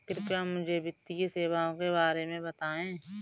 कृपया मुझे वित्तीय सेवाओं के बारे में बताएँ?